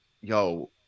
yo